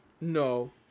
No